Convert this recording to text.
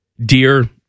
Dear